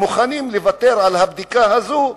הם מוכנים לוותר על הבדיקה הזאת.